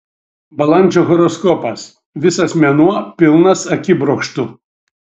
balandžio horoskopas visas mėnuo pilnas akibrokštų